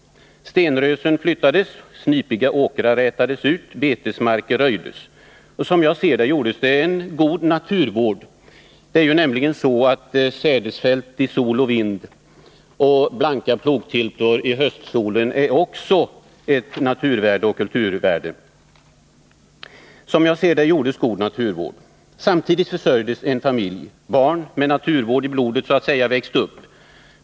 Stenrösen flyttades. Snipiga åkrar rätades ut. Betesmarker röjdes. Som jag ser det gjordes det en god naturvård. Det är nämligen så att sädesfält i sol och vind och blanka plogbillar i höstsolen också är ett naturvärde och kulturvärde. Samtidigt försörjdes en familj. Barn — med naturvård i blodet så att säga — växte upp.